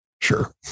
Sure